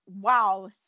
wow